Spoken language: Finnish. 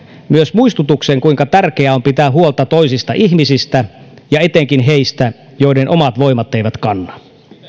myös muistutuksen kuinka tärkeää on pitää huolta toisista ihmisistä ja etenkin heistä joiden omat voimat eivät kanna